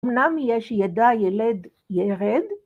‫אמנם יש ידע ילד ירד.